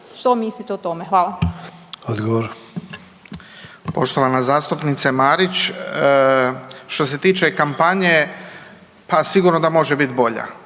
**Ćelić, Ivan (HDZ)** Poštovana zastupnice Marić. Što se tiče kampanje pa sigurno da može biti bolja,